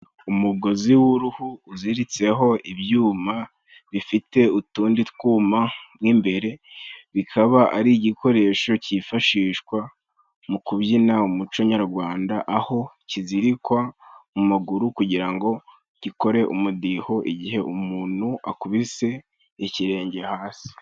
Umugozi w'uruhu uziritse ho ibyuma bifite utundi twuma nk'imbere ,bikaba ari igikoresho cyifashishwa mu kubyina umuco nyarwanda, aho kizirikwa mu maguru kugira ngo gikore umudiho igihe umuntu akubise ikirenge hasi.